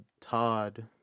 Todd